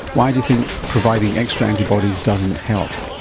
why do you think providing extra antibodies doesn't help?